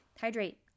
Hydrate